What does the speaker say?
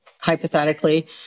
hypothetically